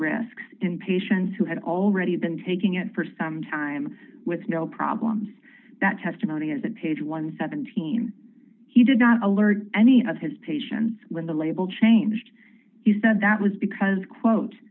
risks in patients who had already been taking it for some time with no problems that testimony is that page one hundred and seventeen he did not alert any of his patients when the label changed he said that was because quote